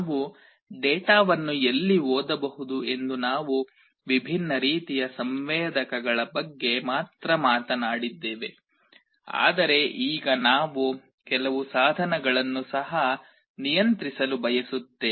ನಾವು ಡೇಟಾವನ್ನು ಎಲ್ಲಿ ಓದಬಹುದು ಎಂದು ನಾವು ವಿಭಿನ್ನ ರೀತಿಯ ಸಂವೇದಕಗಳ ಬಗ್ಗೆ ಮಾತ್ರ ಮಾತನಾಡಿದ್ದೇವೆ ಆದರೆ ಈಗ ನಾವು ಕೆಲವು ಸಾಧನಗಳನ್ನು ಸಹ ನಿಯಂತ್ರಿಸಲು ಬಯಸುತ್ತೇವೆ